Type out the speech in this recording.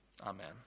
Amen